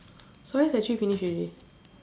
stories actually finish ready